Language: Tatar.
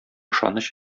ышаныч